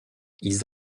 ils